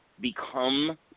become